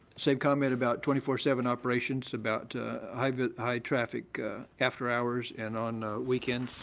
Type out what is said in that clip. same comment about twenty four seven operations, about high but high traffic after hours and on weekends.